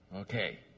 Okay